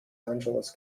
angeles